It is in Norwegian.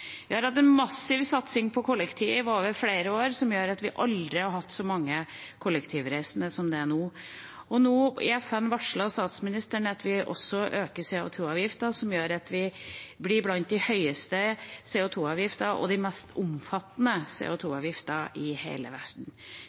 Vi har hatt en massiv satsing på kollektiv over flere år, som gjør at vi aldri har hatt så mange kollektivreisende som nå, og i FN varslet statsministeren nå at vi også øker CO 2 -avgiften, som gjør at vi får noen av de høyeste og mest omfattende CO 2 -avgifter i hele